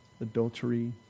adultery